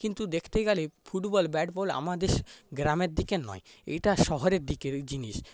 কিন্তু দেখতে গেলে ফুটবল ব্যাট বল আমাদের গ্রামের দিকে নয় এটা শহরের দিকের জিনিস